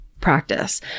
practice